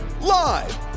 Live